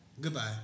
Goodbye